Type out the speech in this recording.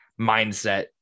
mindset